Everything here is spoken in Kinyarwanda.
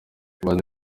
abandi